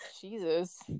Jesus